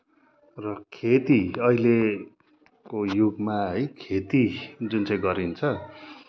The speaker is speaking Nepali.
र खेती अहिलेको युगमा है खेती जुन चाहिँ गरिन्छ